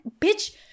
bitch